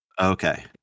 Okay